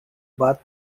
bath